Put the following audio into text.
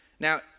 Now